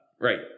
Right